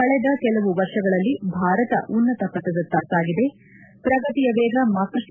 ಕಳೆದ ಕೆಲವು ವರ್ಷಗಳಲ್ಲಿ ಭಾರತ ಉನ್ನತ ಪಥದತ್ತ ಸಾಗಿದೆ ಪ್ರಗತಿಯವೇಗ ಮತ್ತಷ್ಟು